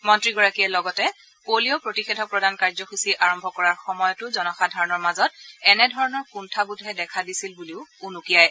মন্ত্ৰীগৰাকীয়ে লগতে পলিঅ' প্ৰতিষেধক প্ৰদান কাৰ্যসূচী আৰম্ভ কৰাৰ সময়তো জনসাধাৰণৰ মাজত এনে ধৰণৰ কুঠাবোধে দেখা দিছিল বুলি উনুকিয়ায়